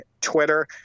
Twitter